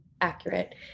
accurate